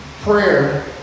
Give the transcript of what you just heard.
Prayer